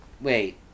Wait